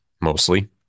mostly